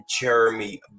jeremy